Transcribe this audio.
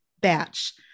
batch